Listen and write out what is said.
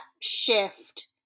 shift